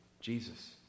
Jesus